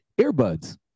Earbuds